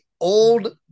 old